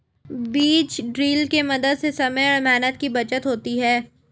बीज ड्रिल के मदद से समय और मेहनत की बचत होती है